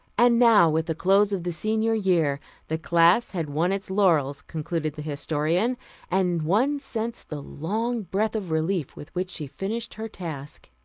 and now, with the close of the senior year the class had won its laurels, concluded the historian and one sensed the long breath of relief with which she finished her task.